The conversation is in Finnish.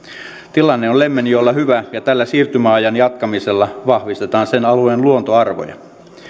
tilanne on lemmenjoella hyvä ja tällä siirtymäajan jatkamisella vahvistetaan sen alueen luontoarvoja